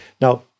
Now